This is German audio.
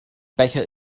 becher